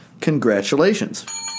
Congratulations